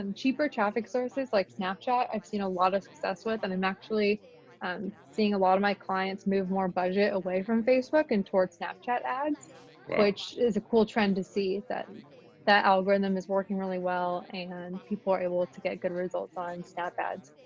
and cheaper traffic sources like snapchat, i've seen a lot of success with and i'm actually um seeing a lot of my clients move more budget away from facebook and towards snapchat ads which is a cool trend to see that and that algorithm is working really well and people are able to get good results on snap ads.